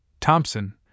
Thompson